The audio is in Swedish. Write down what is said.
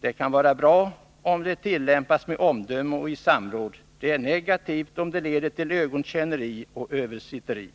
Det kan vara bra om det tillämpas med omdöme och i samråd. Det är negativt om det leder till ögontjäneri och översitteri.